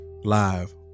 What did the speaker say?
Live